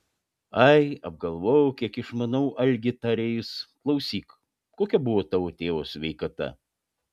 ai apgalvojau kiek išmanau algi tarė jis klausyk kokia buvo tavo tėvo sveikata